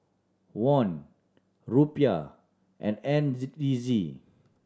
Won Rupiah and N Z D Z